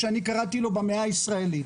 שקראתי לו "במאה הישראלית".